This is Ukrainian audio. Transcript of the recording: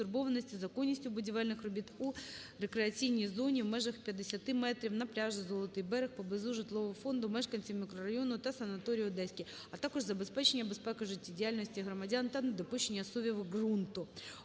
Одеса щодо їх стурбованості законністю будівельних робіт у рекреаційній зоні в межах п'ятдесяти метрів на пляжі "Золотий берег" поблизу житлового фонду мешканців мікрорайону та санаторію "Одеський", а також забезпечення безпеки життєдіяльності громади та недопущення зсувів ґрунту.